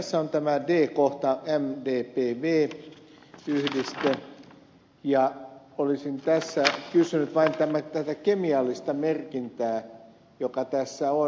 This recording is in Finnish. tässä on tämä d kohta mdpv yhdiste ja olisin tässä kysynyt vain tästä kemiallisesta merkinnästä joka tässä on